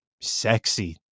sexy